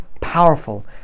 powerful